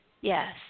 Yes